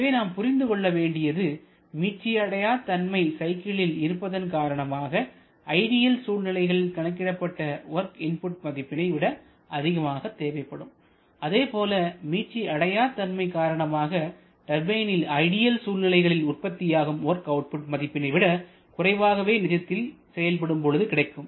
எனவே நாம் புரிந்து கொள்ள வேண்டியது மீட்சி அடையாதன்மை சைக்கிள்களில் இருப்பதன் காரணமாக ஐடியில் சூழ்நிலைகளில் கணக்கிடப்பட்ட வொர்க் இன்புட் மதிப்பினை விட அதிகமாக தேவைப்படும் அதேபோல மீட்சி அடையாதன்மை காரணமாக டர்பைனில் ஐடியல் சூழ்நிலைகளில் உற்பத்தியாகும் வொர்க் அவுட்புட் மதிப்பினை விட குறைவாகவே நிஜத்தில் செயல்படும் பொழுது கிடைக்கும்